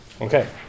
Okay